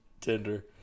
Tinder